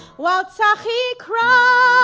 while tzachi cried!